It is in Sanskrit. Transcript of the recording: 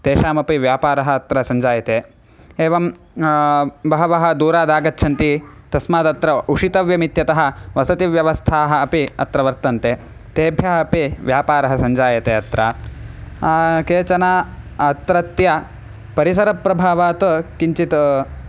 तेषामपि व्यापारः अत्र सञ्जायते एवं बहवः दूरादागच्छन्ति तस्मादत्र उषितव्यमित्यतः वसतिव्यवस्थाः अपि अत्र वर्तन्ते तेभ्यः अपि व्यापारः सञ्जायते अत्र केचन अत्रत्य परिसरप्रभावात् किञ्चित्